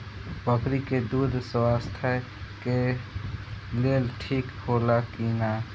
बकरी के दूध स्वास्थ्य के लेल ठीक होला कि ना?